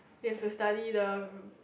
you have to study the